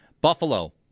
Buffalo